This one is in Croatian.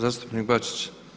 Zastupnik Bačić.